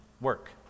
work